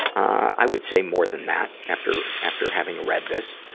i would say more than that after, after having read this.